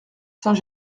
saint